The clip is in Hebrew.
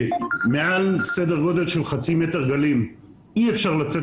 מעל סדר גודל של חצי מטר גלים אי אפשר לצאת